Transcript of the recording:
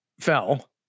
fell